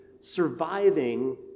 surviving